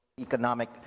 economic